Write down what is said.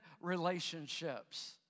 relationships